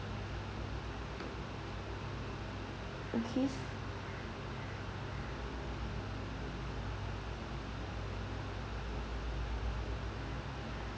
okay